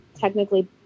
technically